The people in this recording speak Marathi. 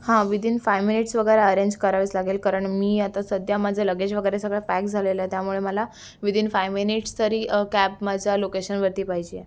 हां विदीन फाय मिनिट्स वगैरे अरेंज करावीच लागेल कारण मी आता सध्या माझं लगेज वगैरे सगळं पॅक झालेलं आहे त्यामुळे मला विदीन फाय मिनिट्स तरी कॅब माझ्या लोकेशनवरती पाहिजे